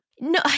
No